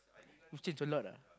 you changed a lot ah